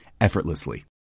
effortlessly